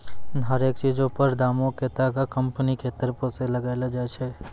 हरेक चीजो पर दामो के तागा कंपनी के तरफो से लगैलो जाय छै